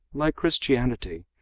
like christianity,